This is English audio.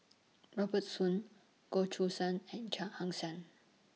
Robert Soon Goh Choo San and Chia Ann Siang